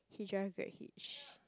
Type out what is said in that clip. he drive Grab Hitch